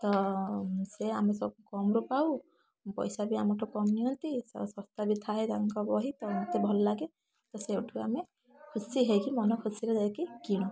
ତ ସେ ଆମେ ସବୁ କମ୍ରେ ପାଉ ପଇସା ବି ଆମଠୁ କମ୍ ନିଅନ୍ତି ଶସ୍ତା ବି ଥାଏ ତାଙ୍କ ବହି ତ ଭଲ ଲାଗେ ତ ସେଇଠୁ ଆମେ ଖୁସି ହେଇ ମନ ଖୁସିରେ ଯାଇକି କିଣୁ